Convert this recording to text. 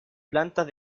plantas